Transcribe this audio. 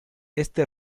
este